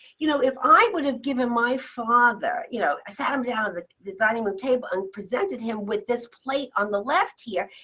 you know if i would have given my father you know i sat him down at the dining room table and presented him with this plate on the left here,